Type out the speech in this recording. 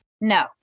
No